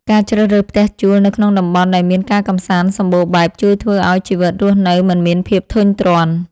ការជ្រើសរើសផ្ទះជួលនៅក្នុងតំបន់ដែលមានការកម្សាន្តសម្បូរបែបជួយធ្វើឱ្យជីវិតរស់នៅមិនមានភាពធុញទ្រាន់។